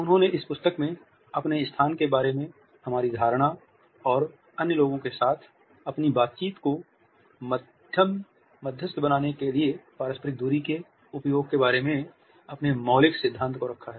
उन्होंने इस पुस्तक में अपने स्थान के बारे में हमारी धारणा और अन्य लोगों के साथ अपनी बातचीत को मध्यस्थ बनाने के लिए पारस्परिक दूरी के उपयोग के बारे में अपने मौलिक सिद्धांत को रखा है